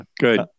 Good